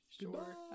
Sure